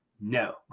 no